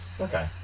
Okay